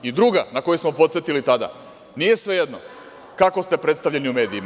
Druga, na koju smo podsetili tada, nije svejedno kako ste predstavljeni u medijima.